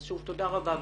אז שוב תודה רבה.